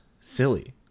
silly